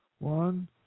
One